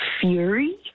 fury